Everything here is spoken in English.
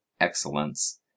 excellence